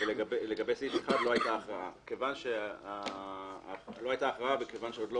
ולגבי סעיף 1 לא הייתה הכרעה וכיוון שעוד לא